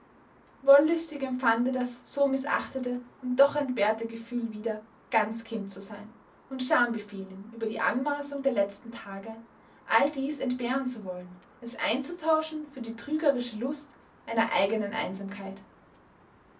wollüstig empfand er das so mißachtete und doch entbehrte gefühl wieder ganz kind zu sein und scham befiel ihn über die anmaßung der letzten tage all dies entbehren zu wollen es einzutauschen für die trügerische lust einer eigenen einsamkeit